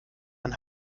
ein